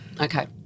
Okay